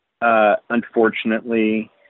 unfortunately